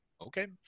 Okay